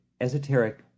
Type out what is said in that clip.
esoteric